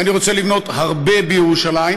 ואני רוצה לבנות הרבה בירושלים,